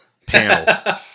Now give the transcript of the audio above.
Panel